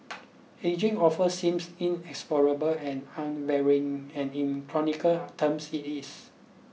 ageing often seems inexorable and unvarying and in chronological terms it is